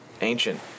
ancient